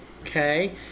Okay